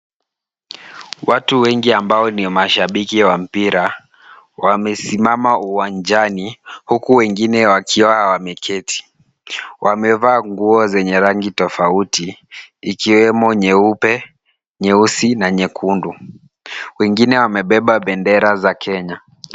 Watu wengi ambao ni mashabiki wa mpira wamesimama uwanjani, huku wengine wakiwa wameketi. Wamevaa nguo zenye rangi tofauti ikiwemo nyeupe, nyeusi na nyekundu. Wengine wamebeba bendera za Kenya.